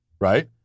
right